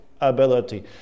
ability